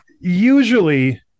usually